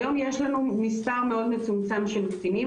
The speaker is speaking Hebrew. היום יש לנו מספר מאוד מצומצם של קטינים.